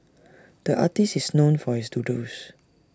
the artist is known for his doodles